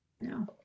No